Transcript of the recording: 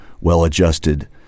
well-adjusted